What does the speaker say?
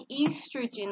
estrogen